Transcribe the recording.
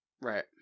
Right